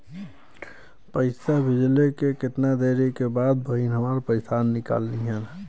पैसा भेजले के कितना देरी के बाद बहिन हमार पैसा निकाल लिहे?